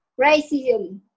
racism